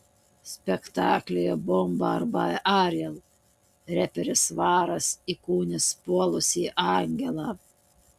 spektaklyje bomba arba ariel reperis svaras įkūnys puolusį angelą